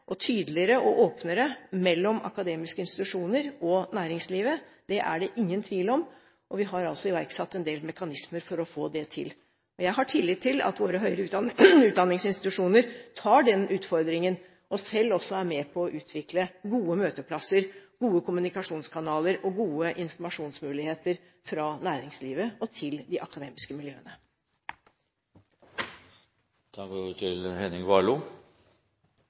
og tydeligere og åpnere mellom akademiske institusjoner og næringslivet, er det ingen tvil om, og vi har altså iverksatt en del mekanismer for å få det til. Jeg har tillit til at våre høyere utdanningsinstitusjoner tar den utfordringen og selv også er med på å utvikle gode møteplasser, gode kommunikasjonskanaler og gode informasjonsmuligheter fra næringslivet og til de akademiske miljøene.